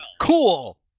Cool